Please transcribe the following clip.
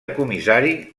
comissari